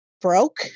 broke